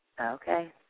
Okay